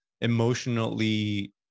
emotionally